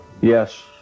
yes